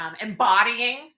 embodying